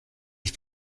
die